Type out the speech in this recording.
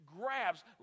grabs